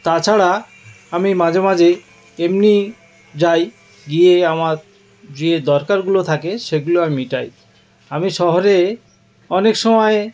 তাছাড়া আমি মাঝে মাঝে এমনিই যাই গিয়ে আমার যে দরকারগুলো থাকে সেগুলো আমি মেটাই আমি শহরে অনেক সময়